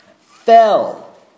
fell